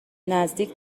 نزدیک